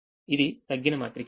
కాబట్టి ఇది తగ్గిన మాత్రిక